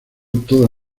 toda